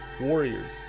warriors